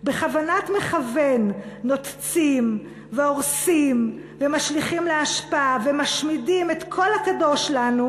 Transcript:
בכוונת מכוון נותצים והורסים ומשליכים לאשפה ומשמידים את כל הקדוש לנו,